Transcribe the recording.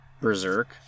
Berserk